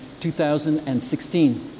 2016